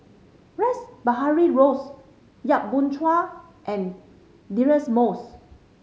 Rash Behari Bose Yap Boon Chuan and Deirdre Moss